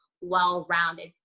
well-rounded